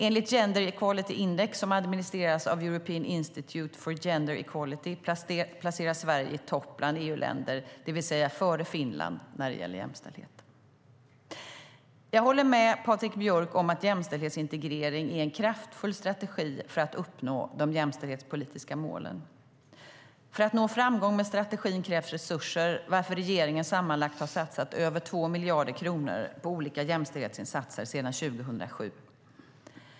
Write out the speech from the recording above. Enligt Gender Equality Index, som administreras av European Institute for Gender Equality, placeras Sverige i topp bland EU-länder, det vill säga före Finland, när det gäller jämställdhet. Jag håller med Patrik Björck om att jämställdhetsintegrering är en kraftfull strategi för att uppnå de jämställdhetspolitiska målen. För att nå framgång med strategin krävs resurser, varför regeringen sammanlagt har satsat över 2 miljarder kronor på olika jämställdhetsinsatser sedan 2007.